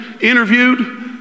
interviewed